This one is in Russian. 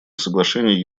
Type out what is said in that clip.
соглашений